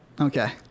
Okay